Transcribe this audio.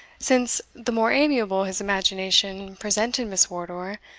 since the more amiable his imagination presented miss wardour,